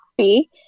coffee